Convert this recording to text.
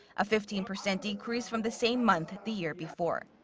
a fifteen percent decrease from the same month the year before.